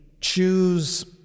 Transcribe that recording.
choose